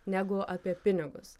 negu apie pinigus